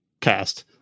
cast